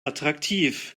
attraktiv